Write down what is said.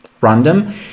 random